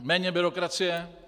Méně byrokracie!